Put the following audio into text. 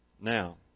Now